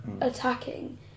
attacking